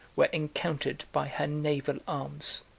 were encountered by her naval arms.